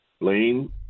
lane